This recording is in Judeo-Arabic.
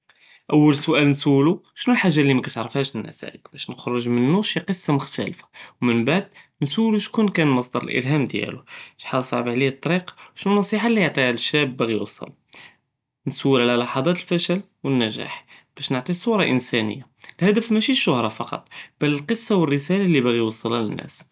אול סואל נסולו שנו אלחאג'ה לי מקתערפשהש, באש נخرج ממנו שי קסה מחת'לפה, ומנ בד נאסולו שכוון קאן מצדר אלאהאם דיאלו, שחל צאב עלייה אלדרך, ושנו נסיחה לי יעטיה לשאב ב'יג'י יוסל, נסול עלא ללחת אלפדל ואלנזאח באש נהטי צורה אינסאניה, אלهدף מישי אלשהרה פקאט בל אלקסה ו אלרסאלה לי בג'י יוסלה ללناس.